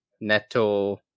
Neto